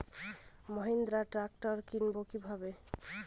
Mahindra tractor কিনবো কি ভাবে?